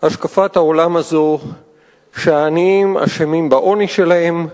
השקפת העולם הזאת שהעניים אשמים בעוני שלהם,